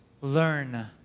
Learn